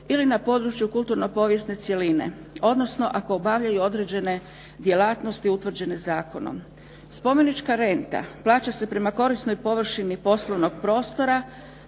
ili na području kulturno povijesne cjeline, odnosno ako obavljaju određene djelatnosti utvrđene zakonom. Spomenička renta plaća prema korisnoj površini poslovnog prostora,